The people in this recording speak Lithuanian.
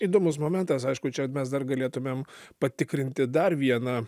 įdomus momentas aišku čia mes dar galėtumėm patikrinti dar vieną